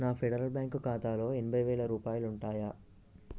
నా Federal Bank ఖాతాలో ఎనభై వేల రూపాయలు ఉంటాయా